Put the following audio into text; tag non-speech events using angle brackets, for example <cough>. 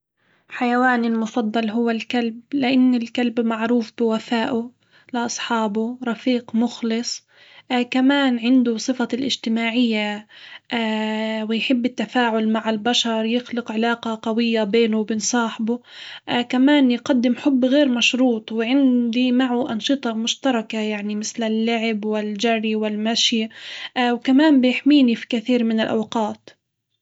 حيواني المفضل هو الكلب، لإن الكلب معروف بوفاءه لأصحابه رفيق مخلص، كمان عنده صفة الاجتماعية ا <hesitation> ويحب التفاعل مع البشر يخلق علاقة قوية بينه وبين صاحبه ، <hesitation> كمان يقدم حب غير مشروط وعندي معه أنشطة مشتركة يعني مثل اللعب والجري والمشي <hesitation> وكمان بيحميني في كثير من الأوقات.